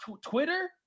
Twitter